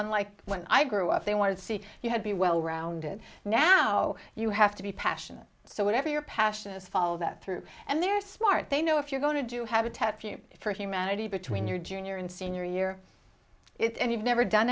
unlike when i grew up they want to see you have be well rounded now you have to be passionate so whatever your passion is follow that through and they're smart they know if you're going to do habitat for you for humanity between your junior and senior year it and you've never done